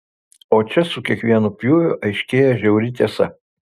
o čia su kiekvienu pjūviu aiškėja žiauri tiesa